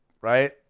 Right